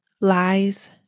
lies